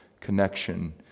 connection